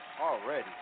already